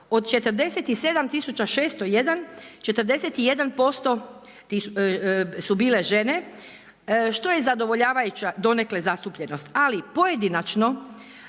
od 47601 41% su bile žene što je zadovoljavajuća donekle zastupljenost. Ali pojedinačno